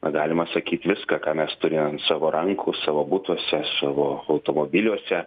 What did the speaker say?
na galima sakyt viską ką mes turim an savo rankų savo butuose savo automobiliuose